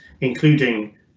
including